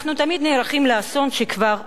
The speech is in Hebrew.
אנחנו תמיד נערכים לאסון שכבר היה.